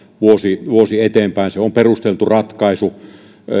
vuosi vuosi eteenpäin se on perusteltu ratkaisu